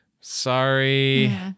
Sorry